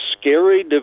scary